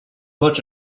much